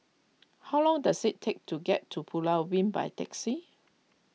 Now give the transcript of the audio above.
how long does it take to get to Pulau Ubin by taxi